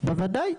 בוודאי,